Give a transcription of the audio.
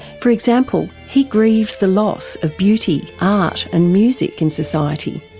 for example, he grieves the loss of beauty, art and music in society.